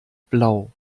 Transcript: blau